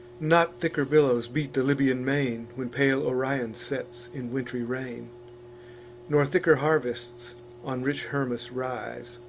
not thicker billows beat the libyan main, when pale orion sets in wintry rain nor thicker harvests on rich hermus rise,